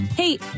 Hey